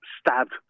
stabbed